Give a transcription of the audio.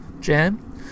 jam